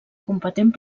competent